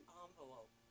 envelope